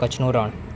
કચ્છનું રણ